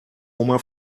oma